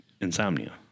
insomnia